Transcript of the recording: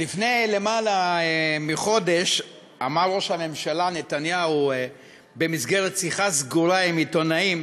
לפני למעלה מחודש אמר ראש הממשלה נתניהו במסגרת שיחה סגורה עם עיתונאים